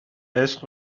عشق